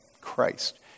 Christ